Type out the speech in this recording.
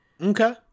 Okay